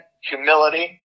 humility